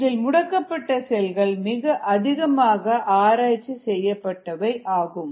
இதில் முடக்கப்பட்ட செல்கள் மிக அதிகமாக ஆராய்ச்சி செய்யப்பட்டவையாகும்